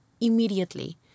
immediately